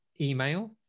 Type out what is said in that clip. email